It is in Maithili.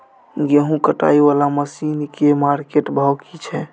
गेहूं कटाई वाला मसीन के मार्केट भाव की छै?